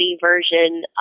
version